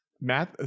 math